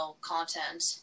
content